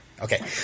Okay